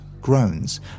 groans